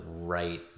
right